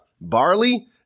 barley